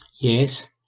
Yes